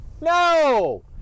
No